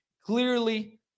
clearly